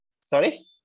Sorry